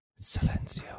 Silencio